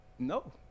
No